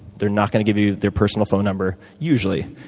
they're not going to give you their personal phone number, usually.